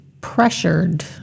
pressured